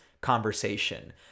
conversation